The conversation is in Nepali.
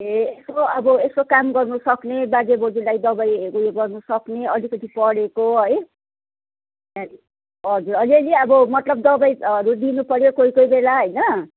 ए यसो अब यसो काम गर्नुसक्ने बाजे बोजूलाई दवाईहरू उयो गर्नुसक्ने अलिकति पढेको है हजुर अलिअलि अब मतलब दवाईहरू दिनुपऱ्यो कोही कोहीबेला होइन